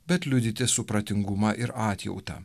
bet liudyti supratingumą ir atjautą